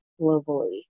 globally